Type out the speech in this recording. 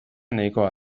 nahikoa